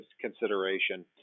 consideration